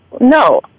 No